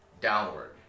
downward